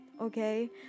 okay